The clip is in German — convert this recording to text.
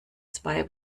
zwei